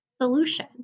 solution